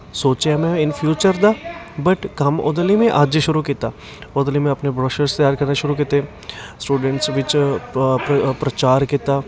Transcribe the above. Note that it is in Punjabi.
ਸੋਚਿਆ ਮੈਂ ਇੰਨ ਫਿਊਚਰ ਦਾ ਬਟ ਕੰਮ ਉਹਦੇ ਲਈ ਮੈਂ ਅੱਜ ਸ਼ੁਰੂ ਕੀਤਾ ਉਹਦੇ ਲਈ ਮੈਂ ਆਪਣੇ ਬ੍ਰੋਛਰਸ਼ ਤਿਆਰ ਕਰਨੇ ਸ਼ੁਰੂ ਕੀਤੇ ਸਟੂਡੈਂਟਸ ਵਿੱਚ ਪ ਪ ਪ੍ਰਚਾਰ ਕੀਤਾ